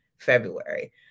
February